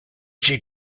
she